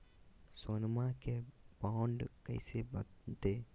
सोनमा के बॉन्ड कैसे बनते?